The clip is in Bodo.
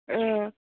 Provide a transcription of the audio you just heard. औ